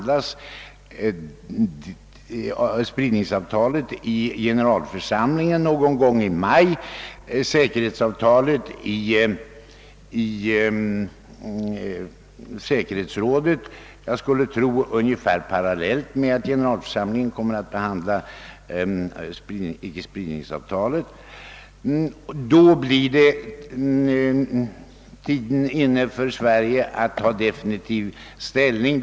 Icke-spridningsavtalet skall behandlas i generalförsamlingen någon gång i maj, och jag skulle tro att säkerhetsavtalet kommer upp i säkerhetsrådet ungefär parallellt med behandlingen av icke-spridningsavtalet. Då är tiden inne för Sverige att ta definitiv ställning.